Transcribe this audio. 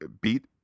Beat